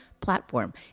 platform